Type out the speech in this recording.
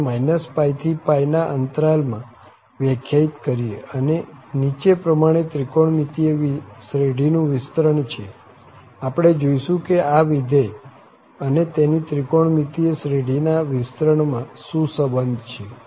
હવે -π થી ના અંતરાલ માં વ્યાખ્યાયિત કરીએ અને નીચે પ્રમાણે ત્રિકોણમિતિય શ્રેઢીનું વિસ્તરણ છે આપણે જોઈશું કે આ વિધેય અને તેની ત્રિકોણમિતિય શ્રેઢીના વિસ્તરણ માં શું સંબંધ છે